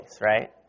right